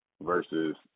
versus